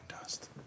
dust